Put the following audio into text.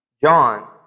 John